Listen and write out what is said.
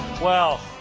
well